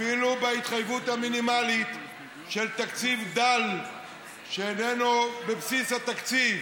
אפילו את ההתחייבות המינימלית של תקציב דל שאיננו בבסיס התקציב